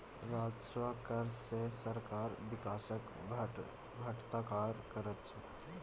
राजस्व कर सँ सरकार बिकासक सभटा काज करैत छै